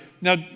Now